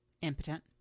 Impotent